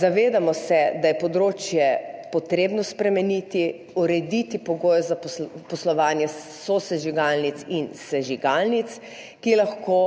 Zavedamo se, da je področje potrebno spremeniti, urediti pogoje za poslovanje sosežigalnic in sežigalnic, ki lahko